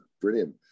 brilliant